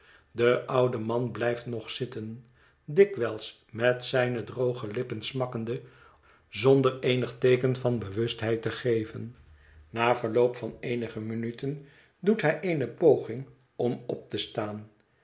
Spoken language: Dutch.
de oude man blijft nog zitten dikwijls met zijne droge lippen smakkende zonder eenig teeken van bewustheid te geven na verloop van eenige minuten doet hij eene poging om op te staan